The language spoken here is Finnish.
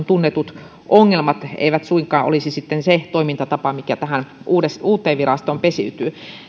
tunnetut ongelmat eivät suinkaan olisi se toimintatapa mikä tähän uuteen uuteen virastoon pesiytyy